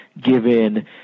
given